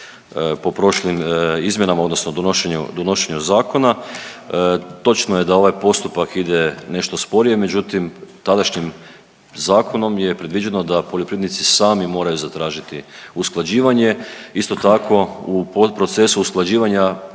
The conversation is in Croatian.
po prošlim izmjenama, odnosno donošenju zakona. Točno je da ovaj postupak ide nešto sporije, međutim tadašnjim zakonom je predviđeno da poljoprivrednici sami moraju zatražiti usklađivanje. Isto tako u procesu usklađivanja